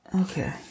Okay